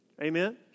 Amen